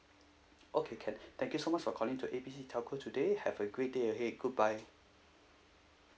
okay can thank you so much for calling to A B C telco today have a great day ahead goodbye